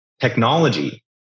Technology